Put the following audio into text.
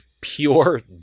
pure